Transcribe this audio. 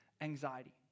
anxiety